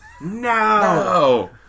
No